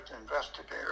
investigator